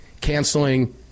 canceling